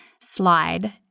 slide